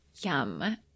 Yum